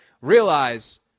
realize